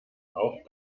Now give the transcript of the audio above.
auch